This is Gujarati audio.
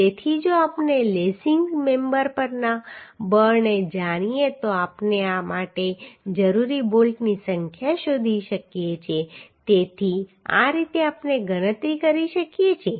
તેથી જો આપણે લેસિંગ મેમ્બર પરના બળને જાણીએ તો આપણે આ માટે જરૂરી બોલ્ટની સંખ્યા શોધી શકીએ છીએ તેથી આ રીતે આપણે ગણતરી કરી શકીએ છીએ